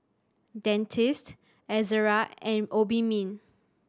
Dentiste Ezerra and Obimin